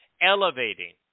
elevating